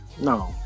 no